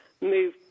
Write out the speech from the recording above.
move